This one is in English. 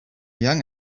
young